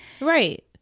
right